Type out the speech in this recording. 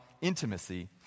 intimacy